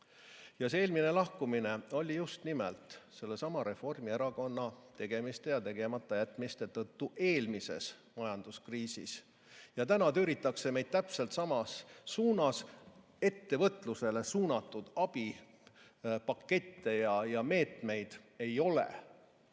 Aitäh! Eelmine lahkumine toimus just nimelt sellesama Reformierakonna tegemiste ja tegematajätmiste tõttu eelmise majanduskriisi ajal. Täna tüüritakse meid täpselt samas suunas. Ettevõtlusele suunatud abipakette ja ‑meetmeid ei ole.